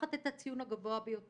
לקחת את הציון הגבוה ביותר